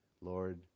Lord